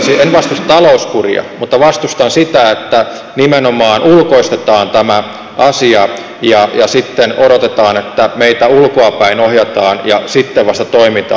en vastusta talouskuria mutta vastustan sitä että nimenomaan ulkoistetaan tämä asia ja sitten odotetaan että meitä ulkoapäin ohjataan ja sitten vasta toimitaan